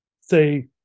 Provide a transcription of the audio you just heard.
say